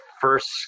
first